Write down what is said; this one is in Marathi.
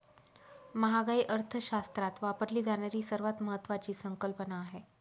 महागाई अर्थशास्त्रात वापरली जाणारी सर्वात महत्वाची संकल्पना आहे